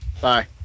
Bye